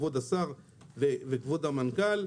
כבוד השר וכבוד המנכ"ל,